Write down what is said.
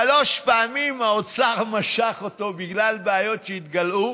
שלוש פעמים האוצר משך אותו בגלל בעיות שהתגלעו,